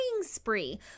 spree